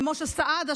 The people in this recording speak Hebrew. למשה סעדה,